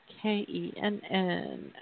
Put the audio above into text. K-E-N-N